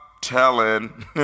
telling